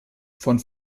von